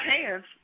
hands